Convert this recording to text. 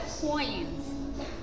coins